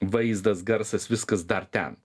vaizdas garsas viskas dar ten